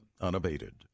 unabated